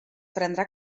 prendrà